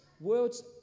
world's